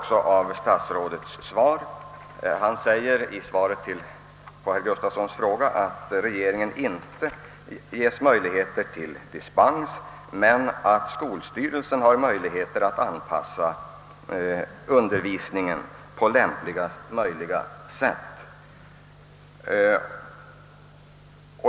Statsrådet säger i svaret på herr Gustavssons fråga, att skollagen inte ger regeringen någon möjlighet till dispens men att skolstyrelsen har möjlighet att lägga upp undervisningen på lämpligaste möjliga sätt.